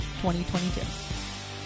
2022